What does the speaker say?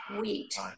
wheat